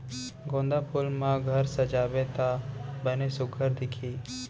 गोंदा फूल म घर सजाबे त बने सुग्घर दिखही